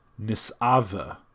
nisava